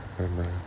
Amen